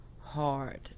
hard